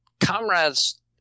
comrades